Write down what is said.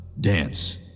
dance